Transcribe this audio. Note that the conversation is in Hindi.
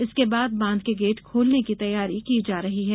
इसके बाद बांध के गेट खोलने की तैयारी की जा रही है